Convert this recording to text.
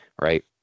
Right